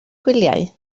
gwyliau